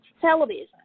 television